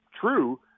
true